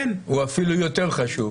הוא אפילו יותר חשוב.